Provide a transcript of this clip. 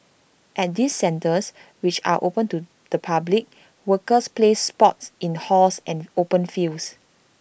at these centres which are open to the public workers play sports in halls and open fields